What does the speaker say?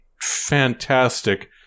fantastic